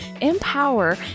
empower